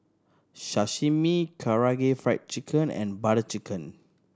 Sashimi Karaage Fried Chicken and Butter Chicken